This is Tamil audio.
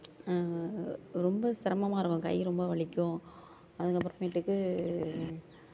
ரொம்ப சிரமமா இருக்கும் கை ரொ ம்ப வலிக்கும் அதுக்கு அப்புறமேட்டுக்கு